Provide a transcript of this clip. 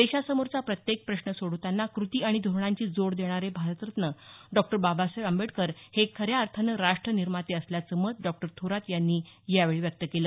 देशासमोरचा प्रत्येक प्रश्न सोडवताना कृती आणि धोरणांची जोड देणारे भारतरत्न डॉ बाबासाहेब आंबेडकर हे खऱ्या अर्थानं राष्ट निर्माते असल्याचं मत डॉक्टर थोरात यांनी यावेळी व्यक्त केलं